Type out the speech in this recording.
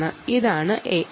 ഇതാണ് A